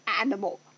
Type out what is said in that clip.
animal